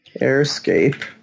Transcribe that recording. Airscape